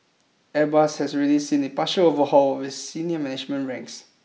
Airbus has already seen a partial overhaul of its senior management ranks